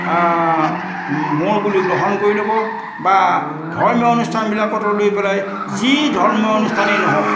মোৰ বুলি গ্ৰহণ কৰি ল'ব বা ধৰ্মীয় অনুষ্ঠানবিলাকতো লৈ পেলাই যি ধৰ্মীয় অনুষ্ঠানেই নহওক